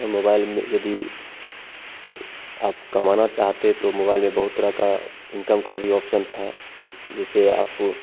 और मोबाइल में यदि आप कमाना चाहते तो मोबाइल में बहुत तरह का इनकम का भी ऑप्शन था जैसे आप